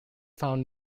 found